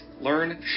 learn